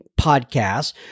podcast